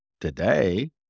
today